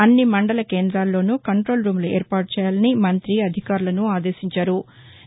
అన్ని మండల కేంద్రాల్లోనూ కంట్రోల్ రూమ్లు ఏర్పాటు చేయాలని మంత్రి అధికారులను ఆదేశించారు